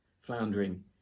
floundering